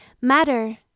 Matter